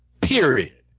period